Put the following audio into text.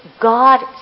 God